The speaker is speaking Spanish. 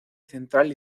central